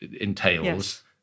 entails